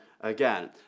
again